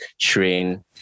train